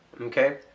okay